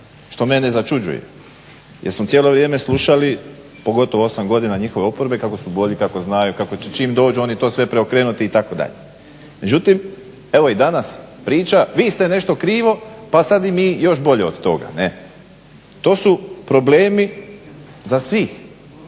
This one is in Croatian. što mene začuđuje jer sam cijelo vrijeme slušali, pogotovo 8 godina njihove oporbe kako su bolji, kako znaju, kako će čim dođu oni to sve preokrenuti itd. Međutim, evo i danas priča vi ste nešto krivo pa sad i mi još bolje od toga, ne. To su problemi za svih